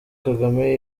kagame